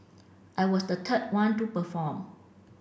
I was the third one to perform